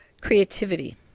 creativity